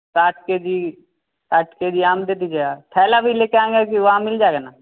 सात के जी सात के जी आम दे दीजिएगा थैला भी लेकर आएँगे कि वहाँ मिल जाएगा ना